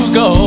go